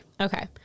okay